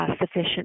sufficient